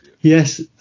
Yes